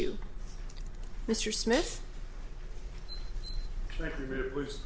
you mr smith was